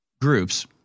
groups